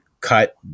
cut